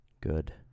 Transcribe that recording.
Good